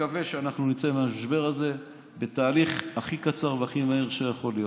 אני מקווה שאנחנו נצא מהמשבר הזה בתהליך הכי קצר והכי מהיר שיכול להיות.